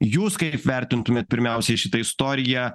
jūs kaip vertintumėt pirmiausiai šitą istoriją